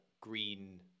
Green